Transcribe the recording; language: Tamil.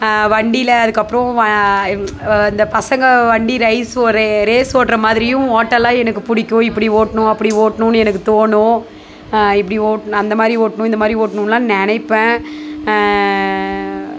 வண்டியில் அதுக்கப்புறம் இந்த பசங்க வண்டியில் ரைஸ் ஒரே ரேஸ் ஓட்டுற மாதிரியும் ஓட்டலாம் எனக்கு பிடிக்கும் இப்படி ஓட்டணும் அப்படி ஓட்டணும்னு எனக்கு தோணும் இப்படி ஓட் அந்தமாதிரி ஓட்தணும் இந்தமாதிரி ஓட்டணும்லாம் நினைப்பன்